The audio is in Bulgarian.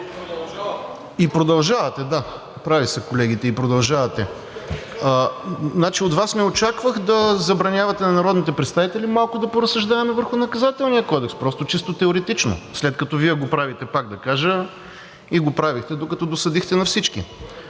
И продължавате, да. Прави са колегите – и продължавате. От Вас не очаквах да забранявате на народните представители малко да поразсъждаваме върху Наказателния кодекс, просто чисто теоретично, след като Вие го правите, пак да кажа, и го правехте, докато досадихте на всички,